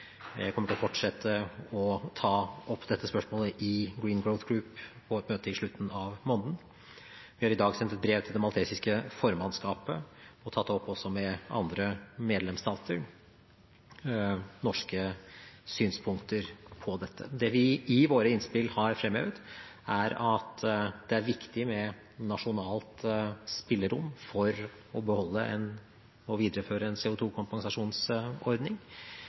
Jeg kommer til å fortsette å ta opp dette spørsmålet i Green Growth Group på et møte i slutten av måneden. Vi har i dag sendt et brev til det maltesiske formannskapet og også med andre medlemsstater tatt opp norske synspunkter på dette. Det vi i våre innspill har fremhevet, er at det er viktig med nasjonalt spillerom for å beholde og videreføre en